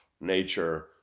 nature